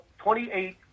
28